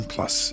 Plus